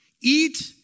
eat